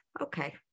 okay